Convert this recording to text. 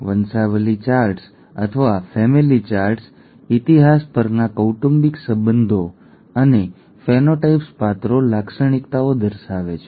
વંશાવલિ charts અથવા family charts ઇતિહાસ પરના કૌટુંબિક સંબંધો અને ફેનોટાઈપ્સ પાત્રો લાક્ષણિકતાઓ દર્શાવે છે